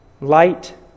light